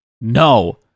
no